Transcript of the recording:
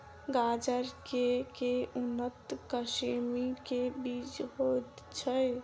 गाजर केँ के उन्नत किसिम केँ बीज होइ छैय?